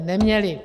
Neměli.